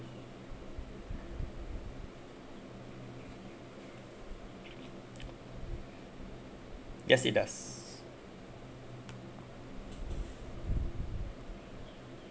yes it does